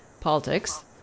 politics